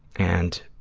and